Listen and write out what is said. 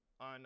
on